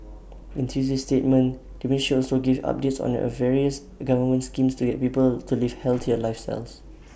in Tuesday's statement the ministry also gave updates on the various government schemes to get people to live healthier lifestyles